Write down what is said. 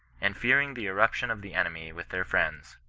and fearing the irruption of the enemy with their friends,